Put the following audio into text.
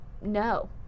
no